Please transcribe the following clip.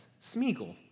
Smeagol